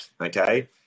Okay